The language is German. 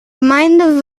gemeinde